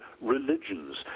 religions